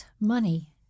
money